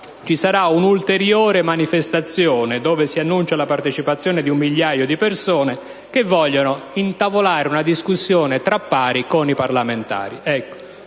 vi sarà un'ulteriore manifestazione dove si annuncia la partecipazione di un migliaio di persone per intavolare una discussione tra pari con i parlamentari.